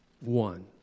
One